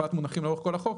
החלפת מונחים לאורך כל החוק.